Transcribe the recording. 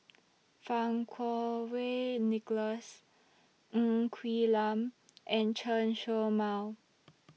Fang Kuo Wei Nicholas Ng Quee Lam and Chen Show Mao